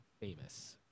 famous